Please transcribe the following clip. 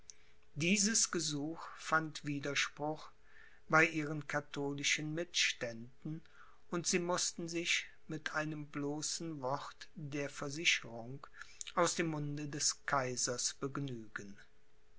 dieses gesuch fand widerspruch bei ihren katholischen mitständen und sie mußten sich mit einem bloßen wort der versicherung aus dem munde des kaisers begnügen